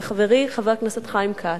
וחברי חבר הכנסת חיים כץ,